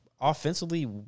offensively